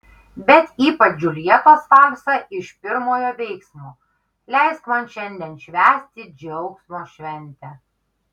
bet ypač džiuljetos valsą iš pirmojo veiksmo leisk man šiandien švęsti džiaugsmo šventę